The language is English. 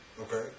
Okay